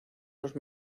los